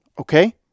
Okay